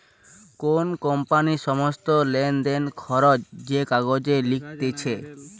কোন কোম্পানির সমস্ত লেনদেন, খরচ যে কাগজে লিখতিছে